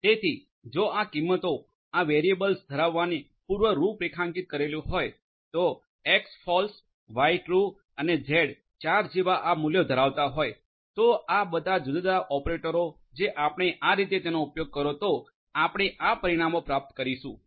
તેથી જો આ કિંમતો આ વેરિયેબલ્સ ધરાવવાની પૂર્વ રૂપરેખાંકિત કરેલી હોય તો આ એક્સ ફોલ્સ વાય ટ્રુ અને ઝેડ 4 જેવા આ મૂલ્યો ધરાવતા હોય તો આ બધા જુદા જુદા ઓપરેટરો જો આપણે આ રીતે તેનો ઉપયોગ કરો તો આપણે આ પરિણામો પ્રાપ્ત કરીશું